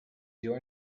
your